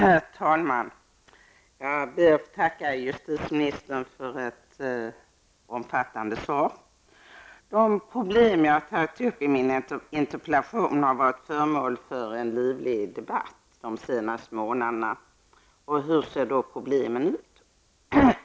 Herr talman! Jag ber att få tacka justitieministern för ett omfattande svar. De problem som jag har tagit upp i min interpellation har varit föremål för en livlig debatt de senaste månaderna. Hur ser då problemen ut?